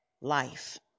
Life